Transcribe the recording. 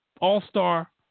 all-star